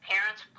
parents